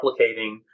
replicating